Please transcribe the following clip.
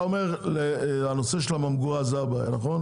אתה אומר שהנושא של הממגורה זאת הבעיה כרגע.